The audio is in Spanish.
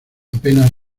apenas